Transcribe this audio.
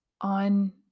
on